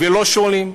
ולא שואלים.